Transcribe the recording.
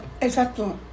Exacto